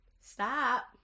stop